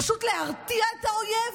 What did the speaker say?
פשוט להרתיע את האויב.